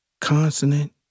consonant